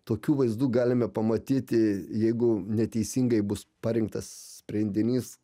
tokių vaizdų galime pamatyti jeigu neteisingai bus parinktas sprendinys